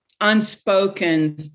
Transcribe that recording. unspoken